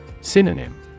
Synonym